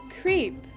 creep